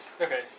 Okay